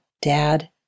Dad